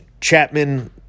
Chapman